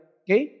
okay